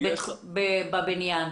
נהרגו בענף הבנייה.